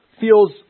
feels